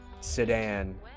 sedan